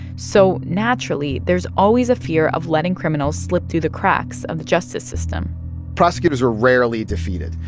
so naturally, there's always a fear of letting criminals slip through the cracks of the justice system prosecutors are rarely defeated,